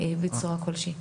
בצורה כלשהי.